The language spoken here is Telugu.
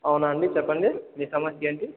అవునా అండీ చెప్పండి మీ సమస్య ఏంటి